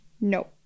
no